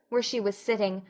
where she was sitting,